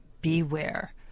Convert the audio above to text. beware